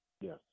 Yes